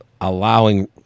allowing